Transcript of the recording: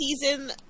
season